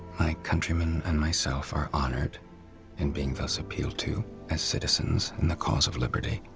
my countrymen and myself are honored in being thus appealed to as citizens in the cause of liberty.